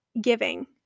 giving